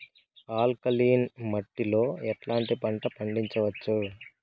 Alkaline మట్టి లో ఎట్లాంటి పంట పండించవచ్చు,?